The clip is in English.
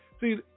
see